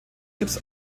gips